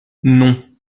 non